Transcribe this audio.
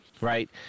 right